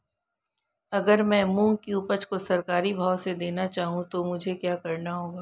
अगर मैं मूंग की उपज को सरकारी भाव से देना चाहूँ तो मुझे क्या करना होगा?